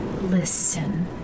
Listen